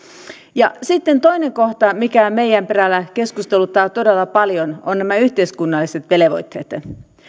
sitten toinen kohta mikä meidän perällä keskusteluttaa todella paljon on nämä yhteiskunnalliset